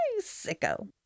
sicko